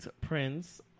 Prince